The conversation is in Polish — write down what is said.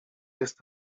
jest